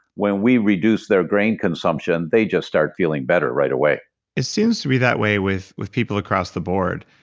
when we reduce their grain consumption, they just start feeling better right away it seems to be that way with with people across the board.